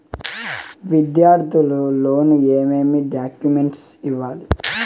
విద్యార్థులు లోను ఏమేమి డాక్యుమెంట్లు ఇవ్వాలి?